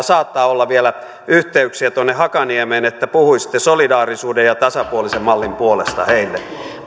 saattaa olla vielä yhteyksiä tuonne hakaniemeen että puhuisitte solidaarisuuden ja ja tasapuolisen mallin puolesta heille